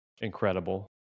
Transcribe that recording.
incredible